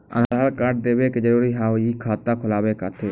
आधार कार्ड देवे के जरूरी हाव हई खाता खुलाए खातिर?